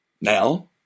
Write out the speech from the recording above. Now